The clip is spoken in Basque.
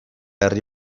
herri